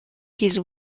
his